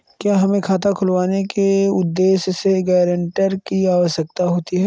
क्या हमें खाता खुलवाने के उद्देश्य से गैरेंटर की आवश्यकता होती है?